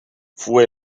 fue